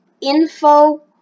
info